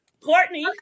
Courtney